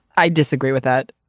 i disagree with that.